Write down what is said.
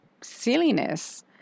silliness